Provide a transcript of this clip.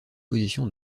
position